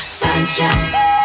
sunshine